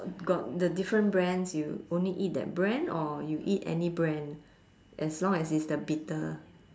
got the different brands you only eat that brand or you eat any brand as long as it's the bitter